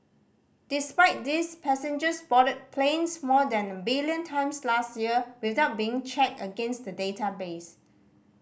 despite this passengers boarded planes more than a billion times last year without being checked against the database